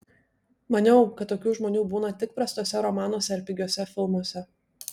maniau kad tokių žmonių būna tik prastuose romanuose ar pigiuose filmuose